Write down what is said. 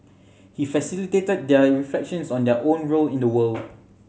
he facilitated their reflections on their own role in the world